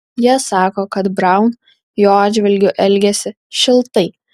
jie sako kad braun jo atžvilgiu elgėsi šiltai